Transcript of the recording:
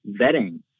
vetting